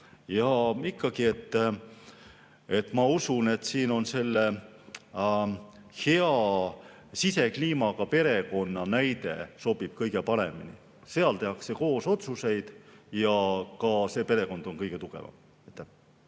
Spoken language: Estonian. Ja ikkagi ma usun, et siin selle hea sisekliimaga perekonna näide sobib kõige paremini: seal tehakse koos otsuseid ja selline perekond on kõige tugevam.